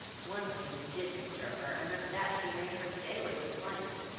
one thing did disturb her and of that she made her daily complaint.